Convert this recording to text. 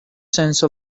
sense